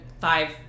five